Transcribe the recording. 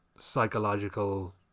psychological